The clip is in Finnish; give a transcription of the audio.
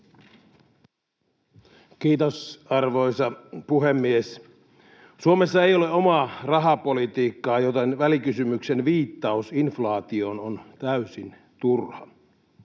Kiitos, arvoisa puhemies! Suomessa ei ole omaa rahapolitiikkaa, joten välikysymyksen viittaus inflaatioon on täysin turha.